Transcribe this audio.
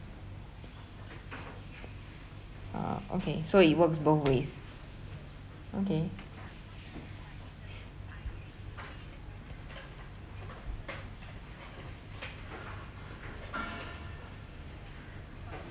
ah okay so it works both ways okay